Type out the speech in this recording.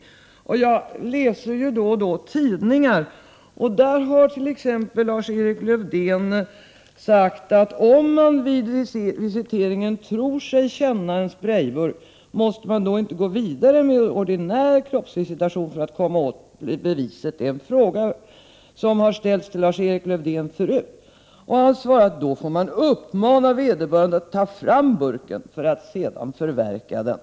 Då och då läser jag tidningar och där har Lars-Erik Lövdén uttalat sig. Om man vid visiteringen tror sig känna en sprejburk, måste man då inte gå vidare med ordinär kroppsvisitation för att komma åt beviset? Det är en fråga som tidigare ställts till Lars-Erik Lövdén. Han svarade: Då får man uppmana vederbörande att ta fram burken för att sedan förverka den.